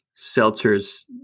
seltzers